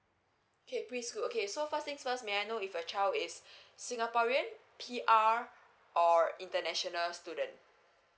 okay preschool okay so first thing first may I know if your child is singaporean P_R or international student